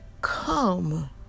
come